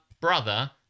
brother